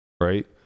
right